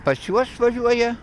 pas juos važiuoja